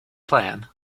plan